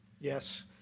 Yes